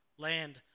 land